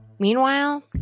Meanwhile